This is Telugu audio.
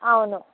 అవును